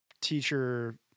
teacher